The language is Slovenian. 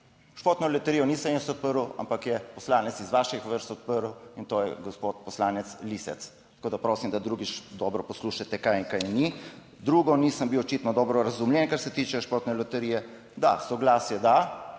športno loterijo nisem jaz odprl, ampak je poslanec iz vaših vrst odprl in to je gospod poslanec Lisec. Tako, da prosim, da drugič dobro poslušate kaj in kaj ni. Drugo, nisem bil očitno dobro razumljen. Kar se tiče Športne loterije, da soglasje, da